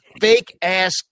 fake-ass